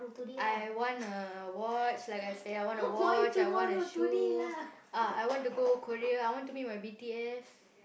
I want a watch like I said I want a watch I want a shoe ah I want to go Korea I want to meet my B_T_S